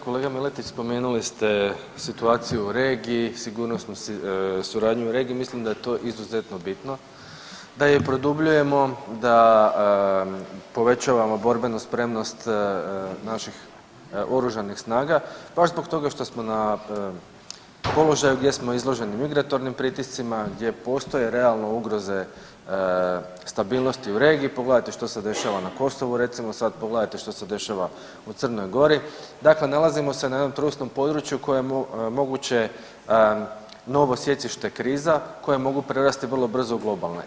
Kolega Miletić, spomenuli ste situaciju u regiji, sigurnosnu suradnju u regiji, mislim da je to izuzetno bitno, da je produbljujemo, da povećavamo borbenu spremnost naših Oružanih snaga, baš zbog toga što smo na položaju gdje smo izloženi migratornim pritiscima, gdje postoje, realno, ugroze stabilnosti u regiji, pogledajte što se dešava na Kosovu, recimo, sad pogledajte što se dešava u Crnoj Gori, dakle se na jednom trusnom području kojemu moguće novo sjecište kriza koje mogu prerasti vrlo brzo u globalne.